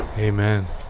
amen